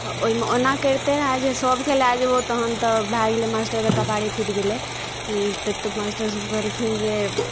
तऽ ओहिमे ओना करितै रहए जे सभकेँ लए जयबहु तखन तऽ भए गेलै मास्टरके कपारे फूटि गेलै तऽ मास्टरसभ कहलखिन जे